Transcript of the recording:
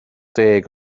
deg